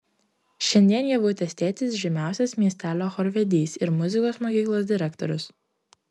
šiandien ievutės tėtis žymiausias miestelio chorvedys ir muzikos mokyklos direktorius